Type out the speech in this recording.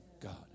God